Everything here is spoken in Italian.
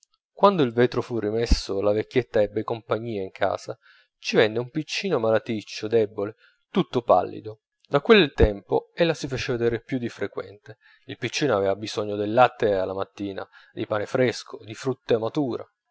quando il vetro fu rimesso la vecchietta ebbe compagnia in casa ci venne un piccino malaticcio debole tutto pallido da quel tempo ella si fece vedere più di frequente il piccino aveva bisogno del latte alla mattina di pane fresco di frutta mature